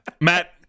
matt